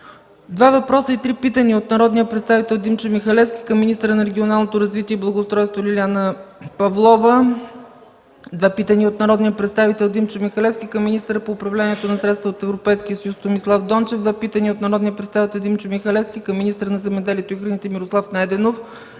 два въпроса и три питания от народния представител Димчо Михалевски към министъра на регионалното развитие и благоустройството Лиляна Павлова; - две питания от народния представител Димчо Михалевски към министъра по управление на средствата от Европейския съюз Томислав Дончев; - две питания от народния представител Димчо Михалевски към министъра на земеделието и храните Мирослав Найденов;